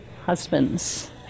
husbands